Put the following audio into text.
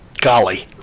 Golly